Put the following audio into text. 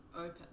open